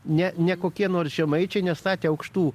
ne nekokie nors žemaičiai nestatė aukštų